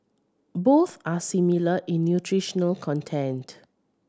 both are similar in nutritional content